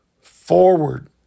forward